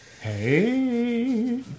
hey